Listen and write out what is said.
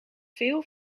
veel